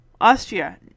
Austria